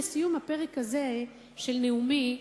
לסיום הפרק הזה של נאומי,